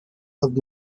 have